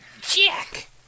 Jack